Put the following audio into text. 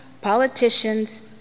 politicians